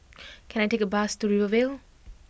can I take a bus to Rivervale